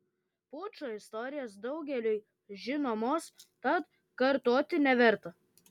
pučo istorijos daugeliui žinomos tad kartoti neverta